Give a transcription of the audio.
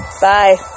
Bye